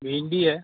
भिंडी है